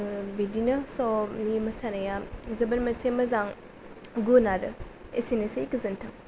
बिदिनो स' आंनि मोसानाया जोबोर मोनसे मोजां गुन आरो एसेनोसै गोजोन्थों